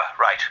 Right